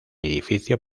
edificio